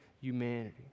humanity